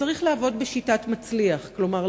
שצריך לעבוד בשיטת "מצליח" כלומר,